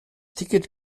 ticket